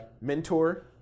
mentor